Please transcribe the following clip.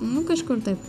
nu kažkur taip